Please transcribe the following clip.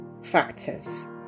factors